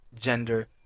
gender